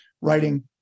writing